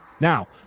Now